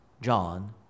John